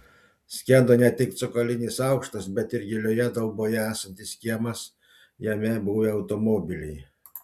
skendo ne tik cokolinis aukštas bet ir gilioje dauboje esantis kiemas jame buvę automobiliai